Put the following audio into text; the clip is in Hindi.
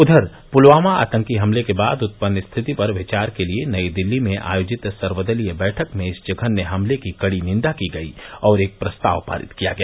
उधर पुलवामा आतंकी हमले के बाद उत्पन्न स्थिति पर विचार के लिए नई दिल्लो में आयोजित सर्वदलीय बैठक में इस जघन्य हमले की कड़ी निन्दा की गई और एक प्रस्ताव पारित किया गया